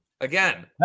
again